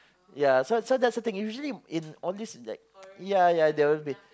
ya so so that's the thing usually in all these like ya ya there will be